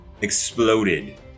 exploded